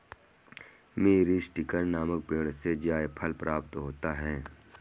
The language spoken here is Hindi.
मीरीस्टिकर नामक पेड़ से जायफल प्राप्त होता है